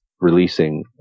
releasing